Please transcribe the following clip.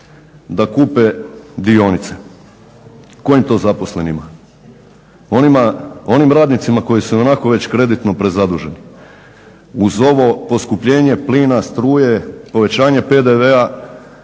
da kupe dionice. Kojim to zaposlenima? Onim radnicima koji su ionako već kreditno prezaduženi. Uz ovo poskupljenje plina, struje, povećanje PDV-a